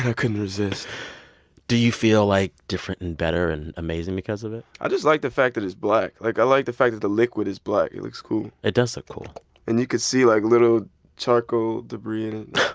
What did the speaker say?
ah couldn't resist do you feel, like, different and better and amazing because of it? i just like the fact that it's black. like, i like the fact that the liquid is black. it looks cool it does look cool and you can see, like, little charcoal debris in